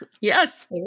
Yes